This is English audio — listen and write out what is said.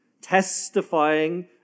testifying